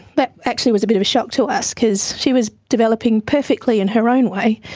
but actually was a bit of a shock to us because she was developing perfectly in her own way,